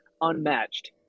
unmatched